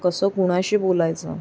कसं कुणाशी बोलायचं